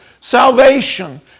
salvation